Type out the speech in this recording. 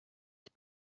het